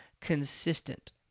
consistent